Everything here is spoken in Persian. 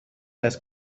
است